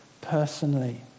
personally